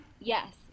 Yes